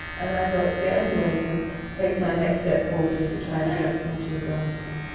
and i thought, the only way to take my next step forward is to try and get into a drama school.